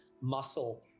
muscle